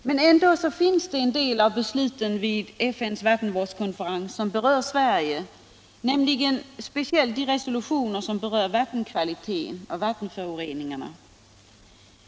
Men det är ändå en del av besluten vid FN:s vattenvårdskonferens som berör Sverige, speciellt de resolutioner som gäller vattenkvaliteten och vattenföroreningarna.